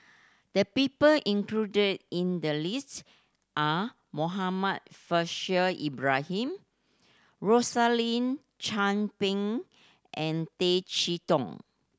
the people included in the list are Muhammad Faishal Ibrahim Rosaline Chan Pang and Tay Chee Toh